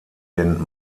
den